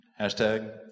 Hashtag